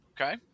Okay